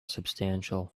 substantial